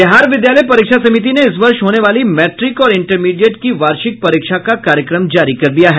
बिहार विद्यालय परीक्षा समिति ने इस वर्ष होने वाली मैट्रिक और इंटरमीडिएट की वार्षिक परीक्षा का कार्यक्रम जारी कर दिया है